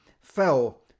fell